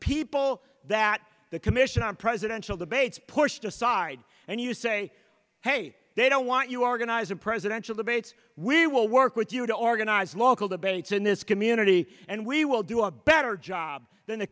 people that the commission on presidential debates pushed aside and you say hey they don't want you are going to as a presidential debates we will work with you to organize local debates in this community and we will do a better job than the